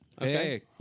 Okay